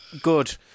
good